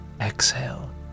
Exhale